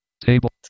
table